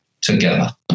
together